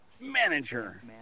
Manager